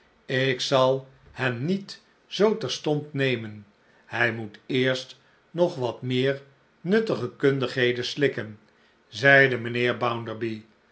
ik zal hem niet zoo terstond nemen hij moet eerst nog wat meer nuttige kundigheden slikken zeide mijnheer